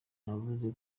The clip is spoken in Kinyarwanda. yavuze